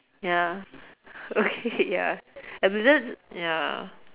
ya okay ya ya